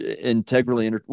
integrally